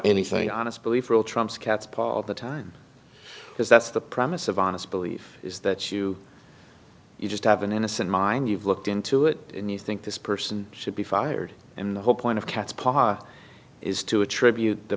anything honest belief trumps cat's paw all the time because that's the promise of honest belief is that you you just have an innocent mind you've looked into it and you think this person should be fired and the whole point of cat's paw is to attribute t